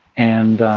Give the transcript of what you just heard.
and,